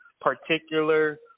particular